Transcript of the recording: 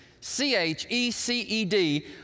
C-H-E-C-E-D